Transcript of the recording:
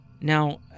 Now